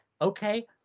okay